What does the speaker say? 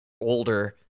older